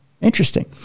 Interesting